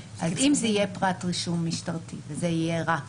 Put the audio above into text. אז אם זה יהיה פרט רישום משטרתי וזה יהיה רק